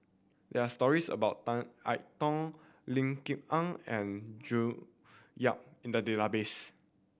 there are stories about Tan I Tong Lim Kok Ann and June Yap in the database